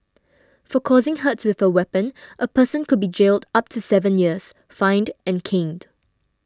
for causing hurt with a weapon a person could be jailed up to seven years fined and caned